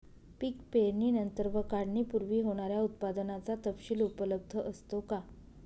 पीक पेरणीनंतर व काढणीपूर्वी होणाऱ्या उत्पादनाचा तपशील उपलब्ध असतो का?